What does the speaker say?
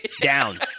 Down